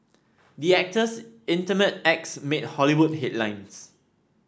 the actors' intimate acts made Hollywood headlines